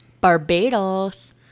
Barbados